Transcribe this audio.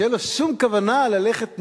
שאין לו שום כוונה ללכת נגד,